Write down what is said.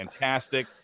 fantastic